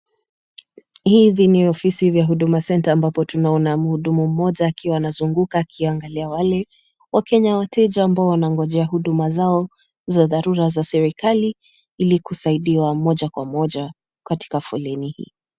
Hizi ni ofisi za huduma center ambapo tunaona mhudumu mmoja akiwa anazunguka akiwa anaangalia wale wakenya wateja ambao wanangoja huduma zao za dharura za serikali ilikusaidiwa moja kwa moja katika foleni hii.